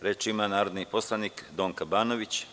Reč ima narodni poslanik Donka Banović.